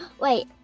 Wait